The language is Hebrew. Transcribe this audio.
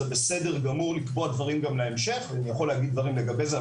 זה בסדר גמור גם לקבוע דברים להמשך אני יכול להגיד דברים לגבי זה,